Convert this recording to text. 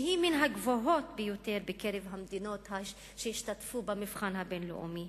שהיא מן הגבוהות ביותר בקרב המדינות שהשתתפו במבחן הבין-לאומי.